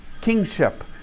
kingship